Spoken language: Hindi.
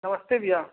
नमस्ते भैया